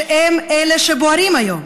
שהם אלה שבוערים היום?